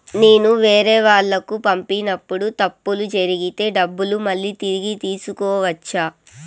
నేను వేరేవాళ్లకు పంపినప్పుడు తప్పులు జరిగితే డబ్బులు మళ్ళీ తిరిగి తీసుకోవచ్చా?